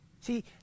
See